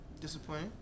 Disappointing